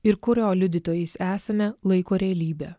ir kurio liudytojais esame laiko realybę